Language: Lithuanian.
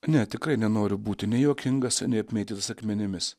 ne tikrai nenoriu būti nei juokingas nei apmėtytas akmenimis